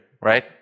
right